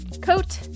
coat